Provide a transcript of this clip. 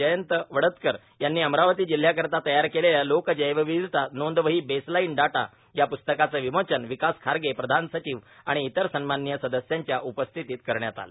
जयंत वडतकर यांनी अमरावती जिल्ह्याकरीता तयार केलेल्या लोक जैवविविधता नोंदवही बेसलाईन डाटा या प्रस्तकाचं विमोचन विकास खारगे प्रधान सचिव आणि इतर सन्माननीय सदस्यांच्या उपस्थितीत करण्यात आला